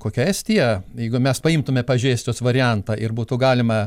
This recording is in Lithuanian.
kokia estija jeigu mes paimtume pavyzdžiui estijos variantą ir būtų galima